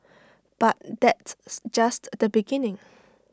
but that's just the beginning